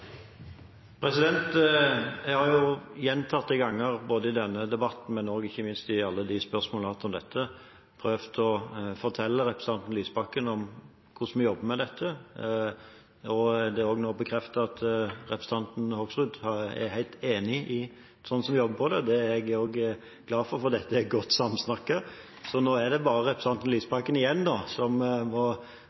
Gjentatte ganger, både i denne debatten – og ikke minst – i forbindelse med alle spørsmål vi har hatt rundt dette, har jeg prøvd å fortelle representanten Lysbakken om hvordan vi jobber med dette. Nå er det også bekreftet at representanten Hoksrud er helt enig i hvordan vi jobber her, og det er jeg glad for, for dette er godt samsnakket. Nå er det bare representanten Lysbakken igjen som